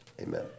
Amen